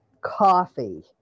coffee